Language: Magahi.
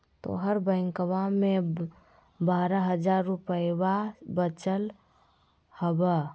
तोहर बैंकवा मे बारह हज़ार रूपयवा वचल हवब